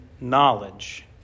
knowledge